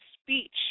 speech